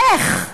איך?